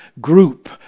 group